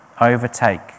overtake